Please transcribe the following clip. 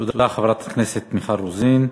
תודה לחברת הכנסת מיכל רוזין.